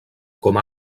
com